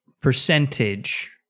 percentage